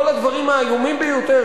כל הדברים האיומים ביותר,